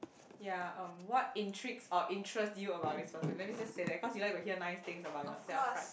ya um what intrigues or interest you about this person let me just say that cause you like to hear nice things about yourself right